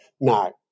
no